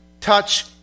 touch